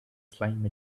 slime